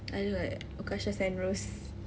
I look like uqasha senrose